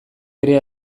ere